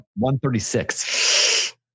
136